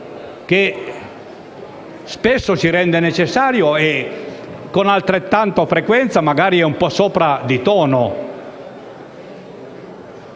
che spesso si rende necessaria e, con altrettanta frequenza, magari è un po' sopra di tono.